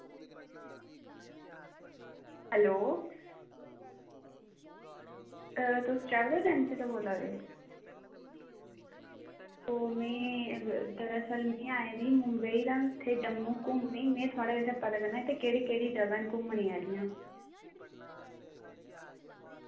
hello तुस travel agency दा बोल्ला दे ओह् में दरअसल में आई दी ही मुंबई दा ते इत्थै जम्मू घुम्मनै गी ते में थुआढ़े कोला ते में पता करना हा कि इत्थें केह्ड़ी केह्ड़ी जगह न घुम्मने आह्लियां